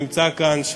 שנמצא כאן,